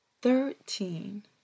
thirteen